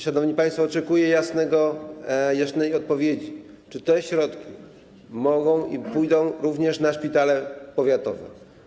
Szanowni państwo, oczekuję jasnej odpowiedzi, czy te środki mogą pójść i pójdą również na szpitale powiatowe.